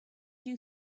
you